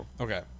Okay